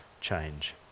change